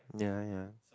ya ya